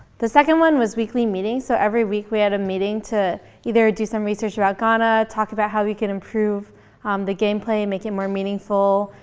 the second one was weekly meetings. so, every week we had a meeting to either do some research about ghana, talk about how we could improve the game play and make it more meaningful,